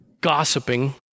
gossiping